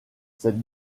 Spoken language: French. cette